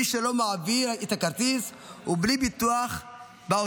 מי שלא מעביר את הכרטיס הוא בלי ביטוח באוטובוס.